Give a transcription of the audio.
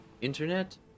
Internet